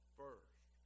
first